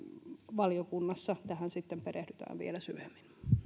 valiokunnassa tähän sitten perehdytään vielä syvemmin